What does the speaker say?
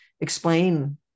explain